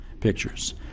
pictures